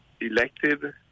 elected